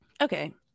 Okay